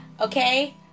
Okay